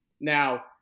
now